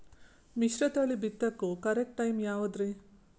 ಮಿಶ್ರತಳಿ ಬಿತ್ತಕು correct time ಯಾವುದರಿ?